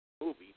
movie